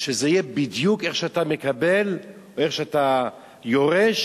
שזה יהיה בדיוק איך שאתה מקבל או איך שאתה יורש,